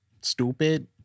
Stupid